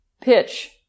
pitch